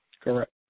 Correct